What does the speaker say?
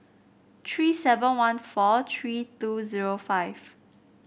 tree seven one four tree two zero five